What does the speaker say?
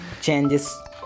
changes